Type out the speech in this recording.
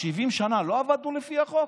70 שנה לא עבדנו לפי החוק?